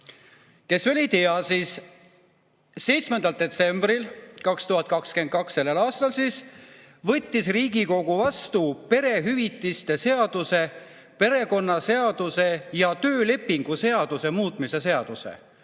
Kes veel ei tea, siis 7. detsembril 2022 sellel aastal võttis Riigikogu vastu perehüvitiste seaduse, perekonnaseaduse ja töölepingu seaduse muutmise seaduse.